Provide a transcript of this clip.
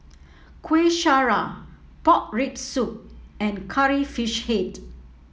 Kueh Syara Pork Rib Soup and Curry Fish Head